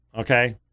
okay